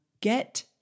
get